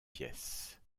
pièces